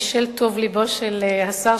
בשל טוב לבו של השר,